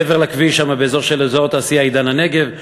מעבר לכביש שם, באזור של אזור התעשייה עידן-הנגב.